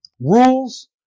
rules